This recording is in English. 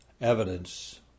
evidence